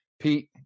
Pete